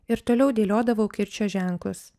ir toliau dėliodavau kirčio ženklus